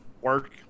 Work